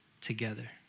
together